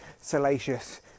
salacious